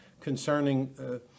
concerning